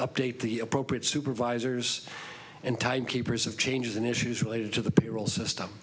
update the appropriate supervisors and time keepers of changes in issues related to the payroll system